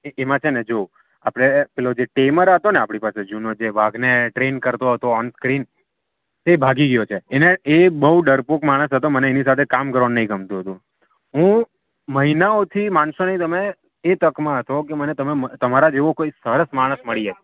એ એમાં છે ને જુઓ આપણે પેલો જે ટેમર હતો ને આપણી પાસે જૂનો જે વાઘને ટ્રેન કરતો હતો ઓનસ્ક્રીન તે ભાગી ગયો છે એને એ બહુ ડરપોક માણસ હતો મને એની સાથે કામ કરવાનું નહીં ગમતું હતું હું મહિનાઓથી માનશો નહીં તમે એ તકમાં હતો કે મને તમારા જેવો કોઈ સરસ માણસ મળી જાય